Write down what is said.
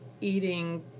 eating